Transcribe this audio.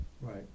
Right